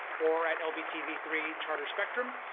or at l b t v three charter spectrum.